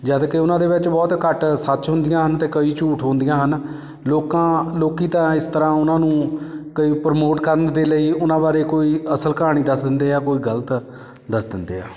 ਜਦ ਕਿ ਉਹਨਾਂ ਦੇ ਵਿੱਚ ਬਹੁਤ ਘੱਟ ਸੱਚ ਹੁੰਦੀਆਂ ਹਨ ਅਤੇ ਕਈ ਝੂਠ ਹੁੰਦੀਆਂ ਹਨ ਲੋਕਾਂ ਲੋਕ ਤਾਂ ਇਸ ਤਰ੍ਹਾਂ ਉਹਨਾਂ ਨੂੰ ਕਈ ਪ੍ਰਮੋਟ ਕਰਨ ਦੇ ਲਈ ਉਹਨਾਂ ਬਾਰੇ ਕੋਈ ਅਸਲ ਕਹਾਣੀ ਦੱਸ ਦਿੰਦੇ ਹੈ ਕੋਈ ਗਲਤ ਦੱਸ ਦਿੰਦੇ ਹੈ